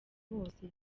bose